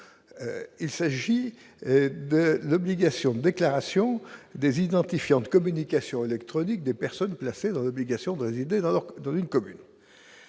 il s'agit de l'obligation déclaration des identifiants de communications électroniques des personnes placées dans l'obligation de résider dans leur,